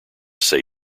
say